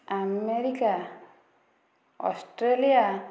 America Australia